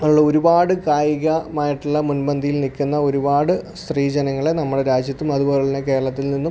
ഉള്ള ഒരുപാട് കായികമായിട്ടുള്ള മുൻപന്തിയിൽ നിൽക്കുന്ന ഒരുപാട് സ്ത്രീ ജനങ്ങളെ നമ്മളെ രാജ്യത്തും അതുപോലെയുള്ള കേരളത്തിൽ നിന്നും